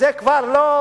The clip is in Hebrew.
וזו כבר לא